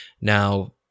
Now